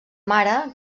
mare